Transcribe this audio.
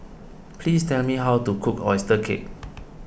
please tell me how to cook Oyster Cake